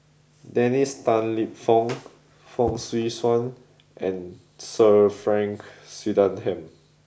Dennis Tan Lip Fong Fong Swee Suan and Sir Frank Swettenham